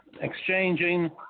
exchanging